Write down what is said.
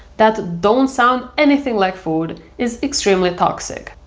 that don't sound anything like foods, is extremely toxic.